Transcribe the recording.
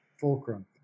Fulcrum